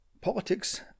politics